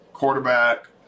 quarterback